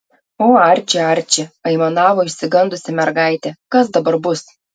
o arči arči aimanavo išsigandusi mergaitė kas dabar bus